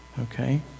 okay